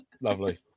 Lovely